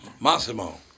Massimo